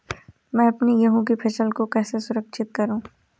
मैं अपनी गेहूँ की फसल को कैसे सुरक्षित करूँ?